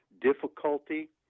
difficulty